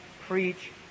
preach